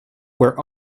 where